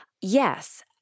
Yes